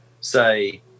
say